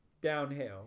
downhill